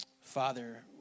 Father